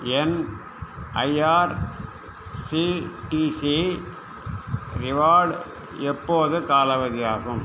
என் IRCTC reward எப்போது காலாவதியாகும்